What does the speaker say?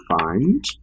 find